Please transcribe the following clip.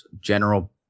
general